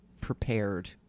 prepared